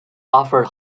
offer